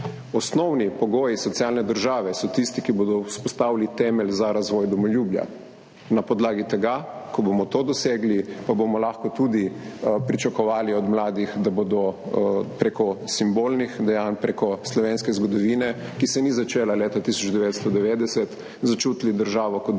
Osnovni pogoji socialne države so tisti, ki bodo vzpostavili temelj za razvoj domoljubja. Na podlagi tega, ko bomo to dosegli, pa bomo lahko tudi pričakovali od mladih, da bodo prek simbolnih dejanj, prek slovenske zgodovine, ki se ni začela leta 1990, začutili državo kot domovino